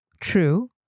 True